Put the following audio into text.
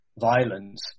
violence